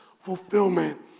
fulfillment